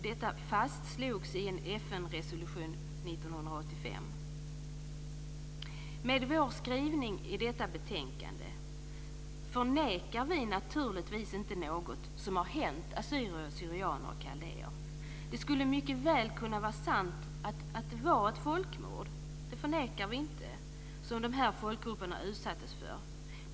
Detta fastslogs i en FN-resolution Med vår skrivning i detta betänkande förnekar vi naturligtvis inte något som har hänt assyrier/syrianer och kaldéer. Det skulle mycket väl kunna vara sant att det var ett folkmord, det förnekar vi inte, som dessa folkgrupper utsattes för.